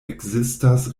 ekzistas